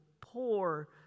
poor